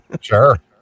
Sure